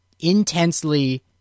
Intensely